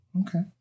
okay